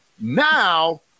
Now